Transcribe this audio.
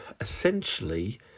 essentially